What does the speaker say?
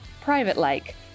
private-like